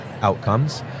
outcomes